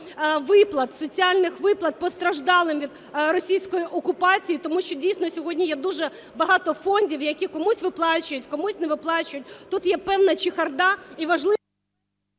виплат, соціальних виплат постраждалим від російської окупації. Тому що, дійсно, сьогодні є дуже багато фондів, які комусь виплачують, комусь не виплачують, тут є певна чехарда… ГОЛОВУЮЧИЙ.